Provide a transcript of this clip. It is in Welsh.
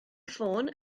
ffôn